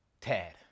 Tad